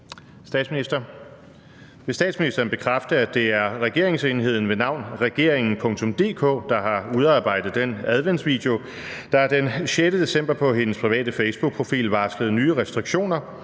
statsministeren bekræfte, at det er regeringsenheden ved navn »regeringen.dk«, der har udarbejdet den adventsvideo, der den 6. december på hendes private facebookprofil varslede nye restriktioner,